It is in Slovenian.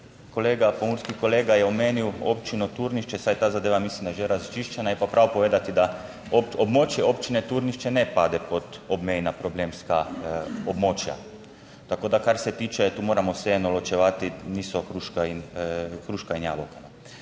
kolega, pomurski kolega je omenil Občino Turnišče. Saj ta zadeva mislim, da je že razčiščena, je pa prav povedati, da območje občine Turnišče ne pade pod obmejna problemska območja. Tako da, kar se tiče, tu moramo vseeno ločevati, niso hruška in jabolka.